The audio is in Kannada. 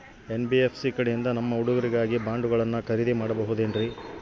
ಎನ್.ಬಿ.ಎಫ್.ಸಿ ಕಡೆಯಿಂದ ನಮ್ಮ ಹುಡುಗರಿಗಾಗಿ ಬಾಂಡುಗಳನ್ನ ಖರೇದಿ ಮಾಡಬಹುದೇನ್ರಿ?